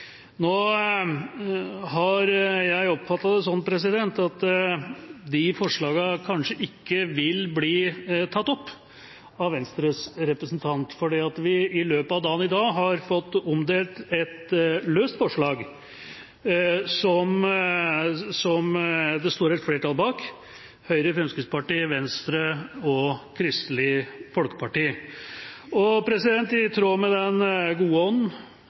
Nå har jeg oppfattet det sånn at de forslagene kanskje ikke vil bli tatt opp av Venstres representant fordi vi i løpet av dagen i dag har fått omdelt et løst forslag som det står et flertall bak, Høyre, Fremskrittspartiet, Venstre og Kristelig Folkeparti. I tråd med den gode